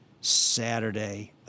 Saturday